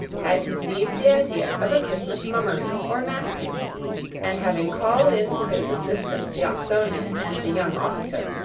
had conceived the idea of a christmas mummery, or masking and having called in to his assistance the oxonian and the young officer,